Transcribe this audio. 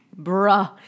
bruh